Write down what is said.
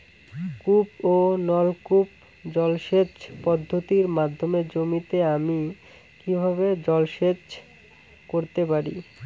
কূপ ও নলকূপ জলসেচ পদ্ধতির মাধ্যমে জমিতে আমি কীভাবে জলসেচ করতে পারি?